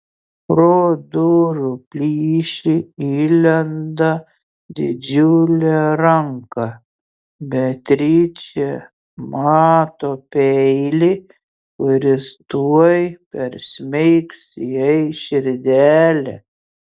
pro durų plyšį įlenda didžiulė ranka beatričė mato peilį kuris tuoj persmeigs jai širdelę